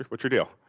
what's your deal?